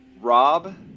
Rob